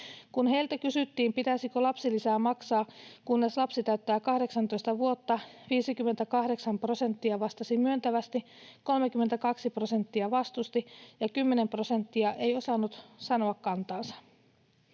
Kun heiltä kysyttiin, pitäisikö lapsilisää maksaa, kunnes lapsi täyttää 18 vuotta, 58 prosenttia vastasi myöntävästi, 32 prosenttia vastusti ja 10 prosenttia ei osannut sanoa kantaansa.